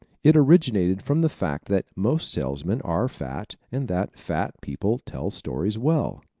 it originated from the fact that most salesmen are fat and that fat people tell stories well.